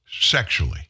sexually